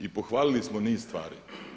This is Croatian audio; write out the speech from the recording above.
I pohvalili smo niz stvari.